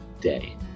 day